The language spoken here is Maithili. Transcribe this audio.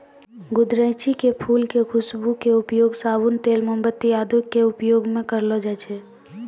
गुदरैंची के फूल के खुशबू के उपयोग साबुन, तेल, मोमबत्ती आदि के उपयोग मं करलो जाय छै